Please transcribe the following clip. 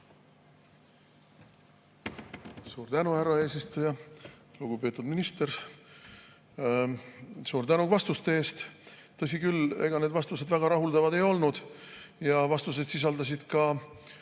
Suur tänu, härra eesistuja! Lugupeetud minister, suur tänu vastuste eest! Tõsi küll, ega need vastused väga rahuldavad ei olnud ja vastused sisaldasid ka,